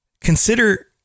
consider